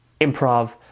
improv